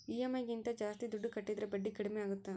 EMI ಗಿಂತ ಜಾಸ್ತಿ ದುಡ್ಡು ಕಟ್ಟಿದರೆ ಬಡ್ಡಿ ಕಡಿಮೆ ಆಗುತ್ತಾ?